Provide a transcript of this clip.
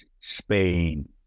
Spain